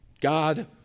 God